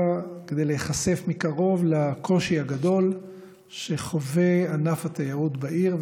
כדי להיחשף מקרוב לקושי הגדול שחווה ענף התיירות בעיר.